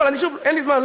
אין לי זמן.